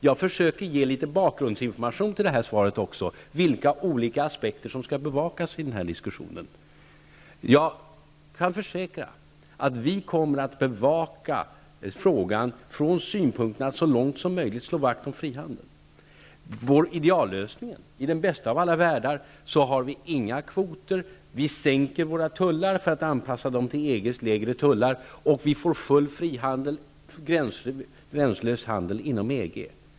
Jag försökte i detta svar att ge även litet bakgrundsinformation om vilka olika aspekter som skall bevakas vid denna diskussion. Jag kan försäkra att vi kommer att bevaka frågan från synpunkten att så långt som möjligt slå vakt om frihandeln. Men ideallösning i den bästa av alla världar har vi inga kvoter. Vi sänker våra tullar för att anpassa dem till EG:s lägre tullar, och vi får gränslös handel inom EG.